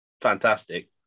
fantastic